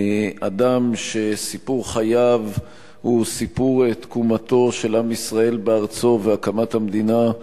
אדם שסיפור חייו הוא סיפור תקומתו של עם ישראל בארצו והקמת המדינה.